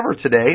today